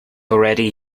already